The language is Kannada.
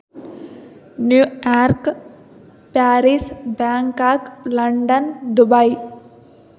new York Paris Bangkok London Dubai